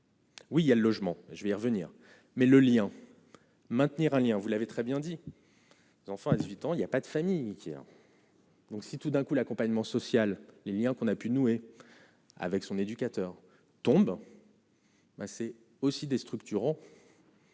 Oui, il y a le logement, je vais y revenir, mais le lien maintenir un lien, vous l'avez très bien dit, enfin, à 18 ans, il y a pas de famille. Donc si tout d'un coup l'accompagnement social, les Liens qu'on a pu nouer avec son éducateur tombe. Mais c'est aussi des structurants.